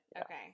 Okay